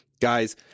guys